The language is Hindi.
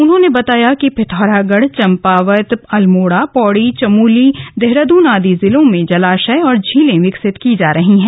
उन्होंने बताया कि पिथौरागढ़ चम्पावत अल्मोड़ा पौड़ी चमोली देहरादून आदि जिलों में जलाशय और झीलें विकसित की जा रही हैं